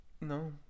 no